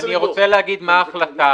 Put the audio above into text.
אני רוצה להגיד מה ההחלטה.